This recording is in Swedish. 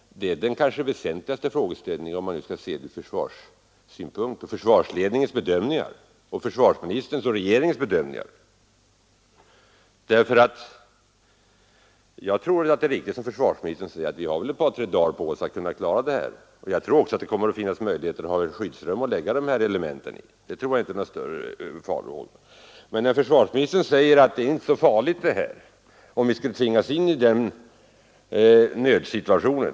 Det är kanske den väsentligaste frågeställningen, om man skall se den ur försvarssynpunkt och enligt försvarsledningens, försvarsministerns och regeringens bedömningar. Jag tror att det är riktigt som försvarsministern säger, att vi har ett par, tre dagar på oss att kunna klara oss, och jag tror också det kommer att finnas möjligheter att lägga sådana element i lämpliga skyddsrum. Försvarsministern anser att detta inte är så farligt.